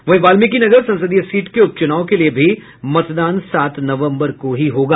वहीं वाल्मीकिनगर संसदीय सीट के उपचुनाव के लिए भी मतदान सात नवम्बर को ही होगा